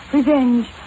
Revenge